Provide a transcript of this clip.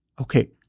okay